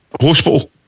hospital